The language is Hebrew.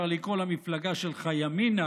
אפשר לקרוא למפלגה שלך ימינה